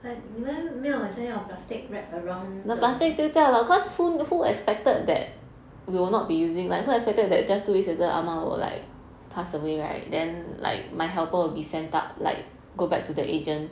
but 们没有好像用 plastic wrapped around 这样